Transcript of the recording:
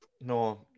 No